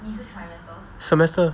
semester